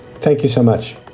thank you so much